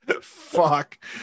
Fuck